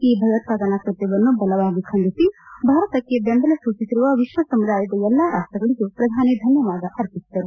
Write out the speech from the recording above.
ಈ ಭಯೋತ್ಪಾದನಾ ಕೃತ್ಯವನ್ನು ಬಲವಾಗಿ ಖಂಡಿಸಿ ಭಾರತಕ್ಕೆ ಬೆಂಬಲ ಸೂಚಿಸಿರುವ ವಿಶ್ವ ಸಮುದಾಯದ ಎಲ್ಲ ರಾಷ್ಟಗಳಿಗೂ ಪ್ರಧಾನಿ ಧನ್ಯವಾದ ಅರ್ಪಿಸಿದರು